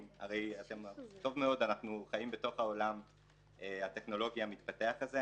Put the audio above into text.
חיים טוב מאוד בתוך העולם הטכנולוגי המתפתח הזה,